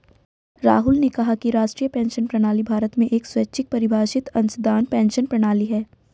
राहुल ने कहा कि राष्ट्रीय पेंशन प्रणाली भारत में एक स्वैच्छिक परिभाषित अंशदान पेंशन प्रणाली है